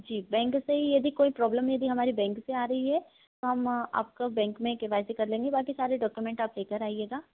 जी bank से ही यदि कोई प्रॉब्लम यदि हमारे बैंक से आ रही है तो हम आपका बैंक में के वाई सी कर लेंगे बाक़ी सारे डॉक्युमेंट आप ले कर आइएगा